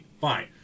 Fine